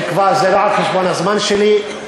אם כבר זה לא על חשבון הזמן שלי,